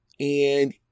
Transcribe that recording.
And-